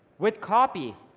with copy,